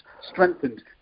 strengthened